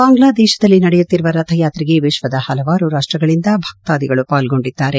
ಬಾಂಗ್ಲಾದೇಶದಲ್ಲಿ ನಡೆಯುತ್ತಿರುವ ರಥಯಾತ್ರೆಗೆ ವಿಶ್ವದ ಹಲವಾರು ರಾಷ್ಟ್ರಗಳಿಂದ ಭಕ್ತಾದಿಗಳು ಪಾಲ್ಗೊಂಡಿದ್ದಾರೆ